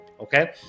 Okay